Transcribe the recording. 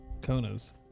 Konas